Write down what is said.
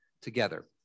together